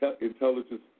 intelligence